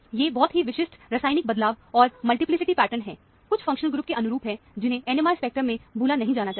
ये बहुत ही विशिष्ट रासायनिक बदलाव और मल्टीपलीसिटी पैटर्न हैं कुछ फंक्शनल ग्रुप के अनुरूप हैं जिन्हें NMR स्पेक्ट्रम में भूला नहीं जाना चाहिए